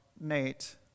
Nate